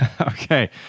Okay